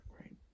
right